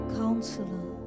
counselor